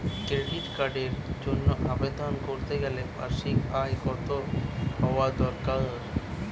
Credit কার্ডের জন্য আবেদন করতে গেলে বার্ষিক আয় কত হওয়া দরকার?